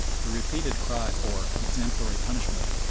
the repeated cry for exemplary punishment,